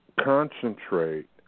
concentrate